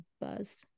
Buzz